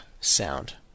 sound